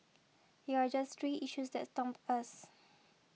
here are just three issues that stump us